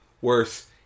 worse